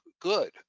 good